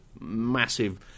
massive